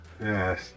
Yes